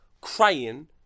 crying